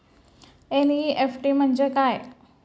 NEFT म्हणजे काय?